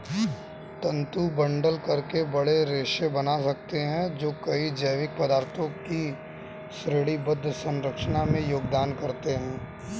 तंतु बंडल करके बड़े रेशे बना सकते हैं जो कई जैविक पदार्थों की श्रेणीबद्ध संरचना में योगदान करते हैं